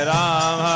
Ram